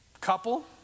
Couple